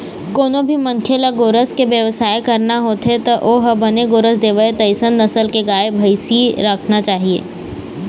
कोनो भी मनखे ल गोरस के बेवसाय करना होथे त ओ ह बने गोरस देवय तइसन नसल के गाय, भइसी राखना चाहथे